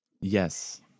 Yes